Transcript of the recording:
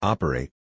Operate